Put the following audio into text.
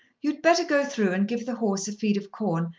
you'd better go through and give the horse a feed of corn,